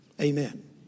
Amen